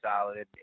solid